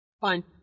Fine